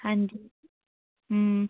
हां जी